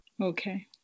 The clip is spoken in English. Okay